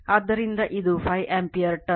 ಆದ್ದರಿಂದ ಇದು 5 ampere ton